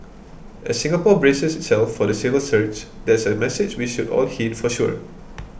as Singapore braces itself for the silver surge that's a message we should all heed for sure